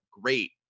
great